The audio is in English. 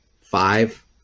five